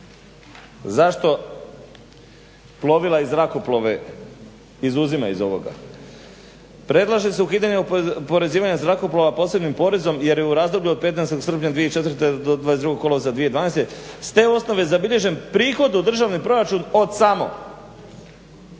zašto plovila i zrakoplove izuzima iz ovoga, predlaže se ukidanje oporezivanje zrakoplova posebnim porezom jer je u razdoblju od 15. srpnja 2004. do 22. kolovoza 2012. s te osnove zabilježen prihod u državni proračun od samo,